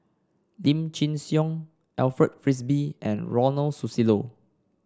Lim Chin Siong Alfred Frisby and Ronald Susilo